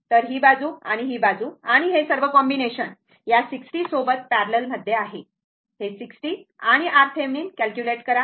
तर ही बाजू आणि ही बाजू आणि हे सर्व कॉम्बिनेशन या 60 सोबत पॅरलल मध्ये आहे हे 60 आणि RThevenin कॅलक्युलेट करा